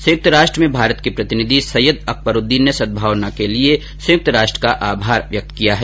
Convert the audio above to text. संयुक्त राष्ट्र में भारत के प्रतिनिधि सैयद अकबरूददीन ने सदभाव के लिए संयुक्त राष्ट्र का आभार व्यक्त है